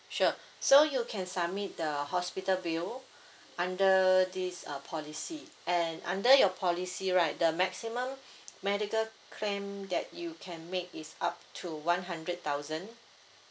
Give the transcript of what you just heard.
sure so you can submit the hospital bill under this uh policy and under your policy right the maximum medical claim that you can make is up to one hundred thousand